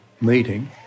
meeting